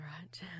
right